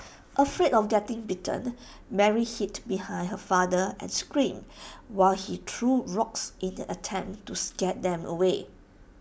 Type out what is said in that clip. afraid of getting bitten Mary hid behind her father and screamed while he threw rocks in an attempt to scare them away